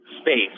space